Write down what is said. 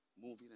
Moving